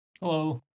Hello